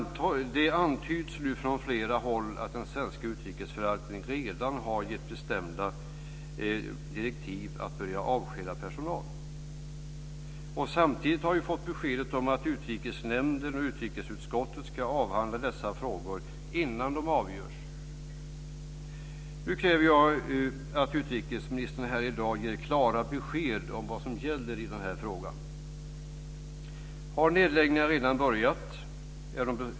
Det antyds nu från flera håll att den svenska utrikesförvaltningen redan har givit bestämda direktiv att börja avskeda personal. Samtidigt har vi fått beskedet att Utrikesnämnden och utrikesutskottet ska avhandla dessa frågor innan de avgörs. Nu kräver jag att utrikesministern här i dag ger klara besked om vad som gäller i den här frågan. Har nedläggningarna redan börjat?